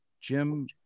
Jim